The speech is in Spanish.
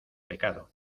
pecado